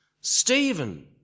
Stephen